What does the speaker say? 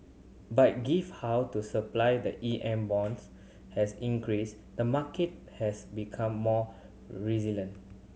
but give how to supply the E M bonds has increased the market has become more resilient